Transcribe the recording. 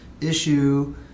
issue